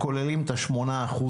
170,000?